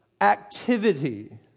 activity